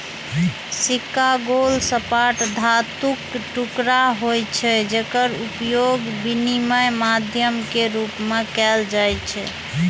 सिक्का गोल, सपाट धातुक टुकड़ा होइ छै, जेकर उपयोग विनिमय माध्यम के रूप मे कैल जाइ छै